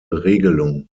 regelung